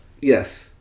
Yes